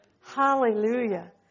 Hallelujah